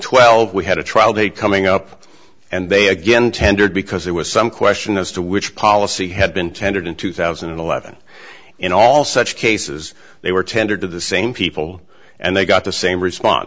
twelve we had a trial date coming up and they again tendered because there was some question as to which policy had been tendered in two thousand and eleven in all such cases they were tendered to the same people and they got the same response